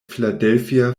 philadelphia